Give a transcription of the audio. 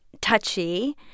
Touchy